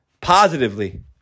positively